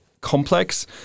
complex